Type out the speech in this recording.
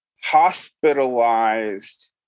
hospitalized